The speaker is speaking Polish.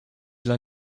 dla